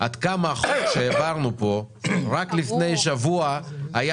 עד כמה החוק שהעברנו פה רק לפני שבוע היה